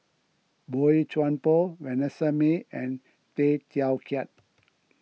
Boey Chuan Poh Vanessa Mae and Tay Teow Kiat